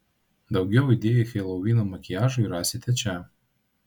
daugiau idėjų helovyno makiažui rasite čia